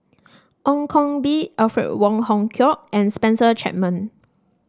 Ong Koh Bee Alfred Wong Hong Kwok and Spencer Chapman